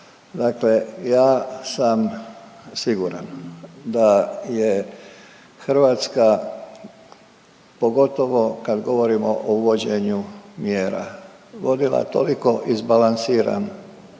Dakle ja sam siguran da je Hrvatska, pogotovo kad govorimo o uvođenju mjera, vodila toliko izbalansiranu